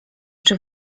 czy